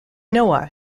noah